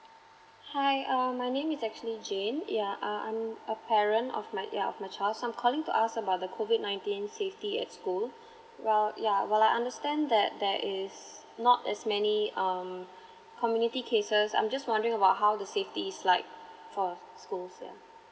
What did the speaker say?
hi um my name is actually jane yeah um I'm a parent of my child so I'm calling to ask about the COVID Nineteen safety at school well yeah while I understand that there is not as many um community cases I'm just wondering about how the safety is like for schools yeah